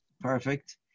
perfect